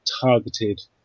targeted